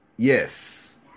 Yes